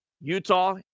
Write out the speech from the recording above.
Utah